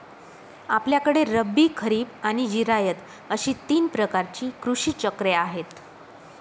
आपल्याकडे रब्बी, खरीब आणि जिरायत अशी तीन प्रकारची कृषी चक्रे आहेत